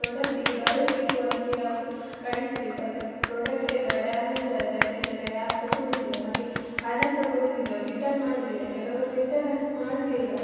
ಪ್ರಾಡಕ್ಟಿಗೆ ಭರವಸೆ ಇರುವ ಹಾಗೆ ಅವರು ಕಳಿಸಬೇಕು ಆದರೆ ಪ್ರಾಡಕ್ಟೆಲ್ಲ ಡ್ಯಾಮೇಜಾದರೆ ಅದೆಲ್ಲ ಯಾರು ತೊಗೊಳ್ಳೋದಿಲ್ಲ ಮತ್ತು ಹಣ ಸಹ ಕೊಡೋದಿಲ್ಲ ರಿಟರ್ನ್ ಮಾಡೋದಿಲ್ಲ ಕೆಲವರು ರಿಟರ್ನ್ ಅಂತೂ ಮಾಡೋದೇ ಇಲ್ಲ